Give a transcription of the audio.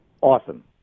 awesome